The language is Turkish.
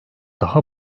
daha